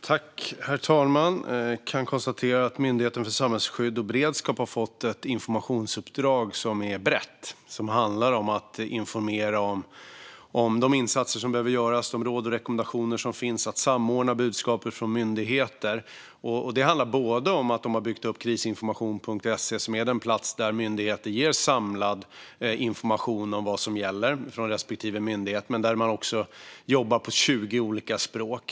Herr talman! Jag kan konstatera att Myndigheten för samhällsskydd och beredskap har fått ett brett informationsuppdrag. Det handlar om att informera om de insatser som behöver göras och om de råd och rekommendationer som finns och om att samordna budskap från myndigheter. Man har byggt upp Krisinformation.se, som är den plats där myndigheter ger samlad information om vad som gäller från respektive myndighet. Där jobbar man på 20 olika språk.